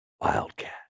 Wildcat